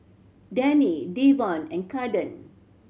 Dannie Devon and Caden